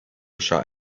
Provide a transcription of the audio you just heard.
shot